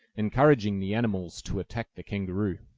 encouraging the animals to attack the kangaroo.